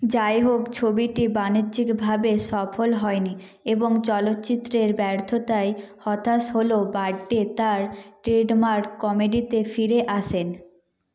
যাই হোক ছবিটি বাণিজ্যিকভাবে সফল হয় নি এবং চলচ্চিত্রের ব্যর্থতায় হতাশ হলেও বার্থ ডে তার ট্রেডমার্ক কমেডিতে ফিরে আসেন